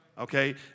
Okay